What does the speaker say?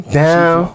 down